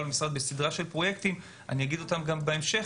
במשרד בסדרה של פרויקטים שאומר אותם בהמשך,